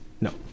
No